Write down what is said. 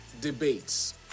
debates